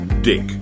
Dick